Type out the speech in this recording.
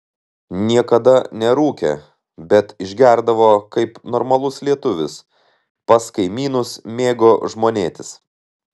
niekada nerūkė bet išgerdavo kaip normalus lietuvis pas kaimynus mėgo žmonėtis